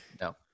No